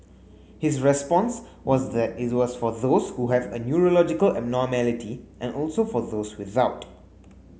his response was that it was for those who have a neurological abnormality and also for those without